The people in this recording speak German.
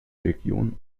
region